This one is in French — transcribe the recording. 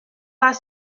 pas